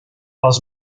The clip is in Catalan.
pels